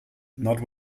not